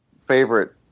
favorite